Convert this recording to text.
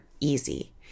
easy